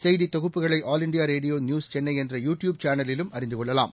செய்தி தொகுப்புகளை all India ரோட்போ நியூஸ் சென்னை என்ற யு டியூப் சேனலிலும் அறிந்து கொள்ளலாம்